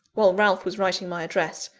while ralph was writing my address,